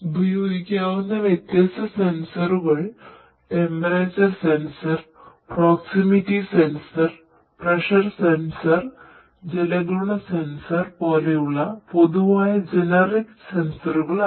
ഉപയോഗിക്കാവുന്ന വ്യത്യസ്ത സെൻസറുകൾ temperature sensor proximity sensor pressure sensor ജലഗുണ സെൻസർ പോലെയുള്ള പൊതുവായ ജനറിക് സെൻസറുകൾ ആകാം